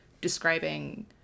describing